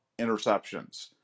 interceptions